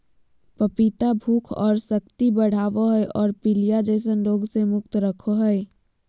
पपीता भूख और शक्ति बढ़ाबो हइ और पीलिया जैसन रोग से मुक्त रखो हइ